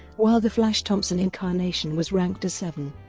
while the flash thompson incarnation was ranked as seven.